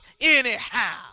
anyhow